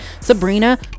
Sabrina